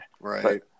Right